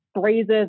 phrases